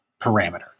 parameter